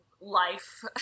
life